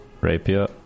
Rapier